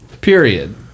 period